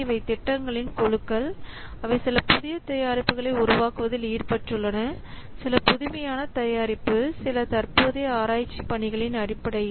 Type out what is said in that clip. இவை திட்டங்களின் குழுக்கள் அவை சில புதிய தயாரிப்புகளை உருவாக்குவதில் ஈடுபட்டுள்ளன சில புதுமையான தயாரிப்பு சில தற்போதைய ஆராய்ச்சி பணிகளின் அடிப்படையில்